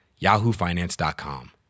yahoofinance.com